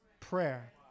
Prayer